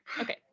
Okay